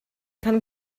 kann